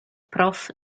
prof